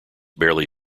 barely